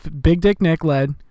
big-dick-nick-led